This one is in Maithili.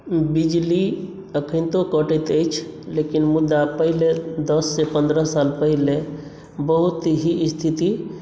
बिजली अखनतो कटैत अछि लेकिन मुदा पहिले दस से पन्द्रह साल पहिले बहुत ही स्थिति